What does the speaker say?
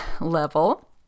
level